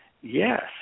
Yes